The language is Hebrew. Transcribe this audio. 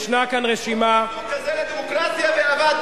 יש כאן רשימה, עוד